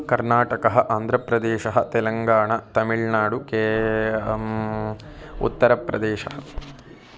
कर्नाटकः आन्ध्रप्रदेशः तेलङ्गाणा तमिळ्नाडुः के उत्तरप्रदेशः